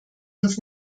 uns